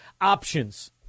options